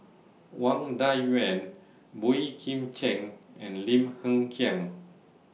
Wang Dayuan Boey Kim Cheng and Lim Hng Kiang